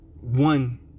one